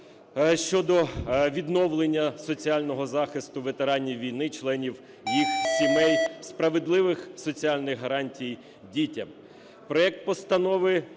щодо відновлення соціального захисту ветеранів війни, членів їх сімей, справедливих соціальних гарантій дітям;